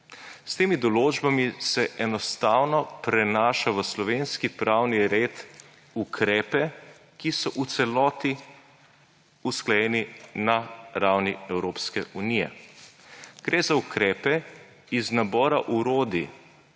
S temi določbami se enostavno prenaša v slovenski pravni red ukrepe, ki so v celoti usklajeni na ravni Evropske unije. Gre za ukrepe iz nabora orodij,